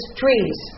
trees